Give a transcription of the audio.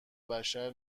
بشر